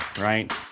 right